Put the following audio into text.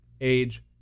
age